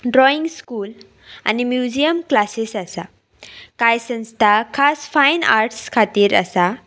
drawing school आनी museum classes आसा कांय संस्था खास फायन आर्ट्स खातीर आसा